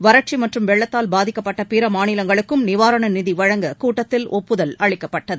வறட்சி மற்றும் வெள்ளத்தால் பாதிக்கப்பட்ட பிற மாநிலங்களுக்கும் நிவாரண நிதி வழங்க கூட்டத்தில் ஒப்புதல் அளிக்கப்பட்டது